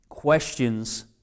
questions